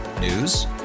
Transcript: News